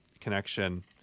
connection